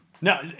No